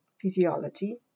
physiology